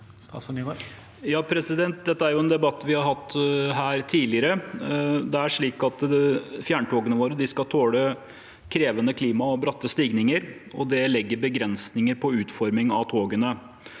Dette er en debatt vi har hatt her tidligere. Fjerntogene våre skal tåle krevende klima og bratte stigninger, og det legger begrensninger på utformingen av togene.